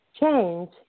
Change